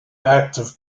active